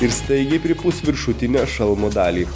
ir staigiai pripūs viršutinę šalmo dalį